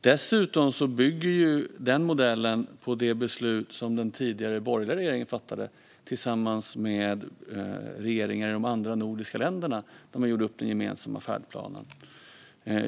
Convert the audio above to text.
Dessutom bygger ju denna modell på det beslut som den tidigare borgerliga regeringen fattade tillsammans med regeringar i de andra nordiska länderna när den gemensamma färdplanen gjordes upp.